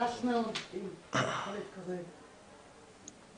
מה חלקם היחסי בהוצאתה של האחריות הזו מן הכוח אל הפועל.